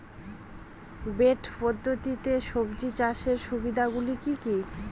Bed পদ্ধতিতে সবজি চাষের সুবিধাগুলি কি কি?